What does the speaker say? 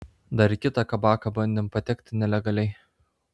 dar į kitą kabaką bandėm patekti nelegaliai